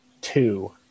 Two